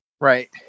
right